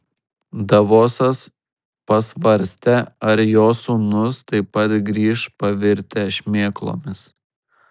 davosas pasvarstė ar jo sūnūs taip pat grįš pavirtę šmėklomis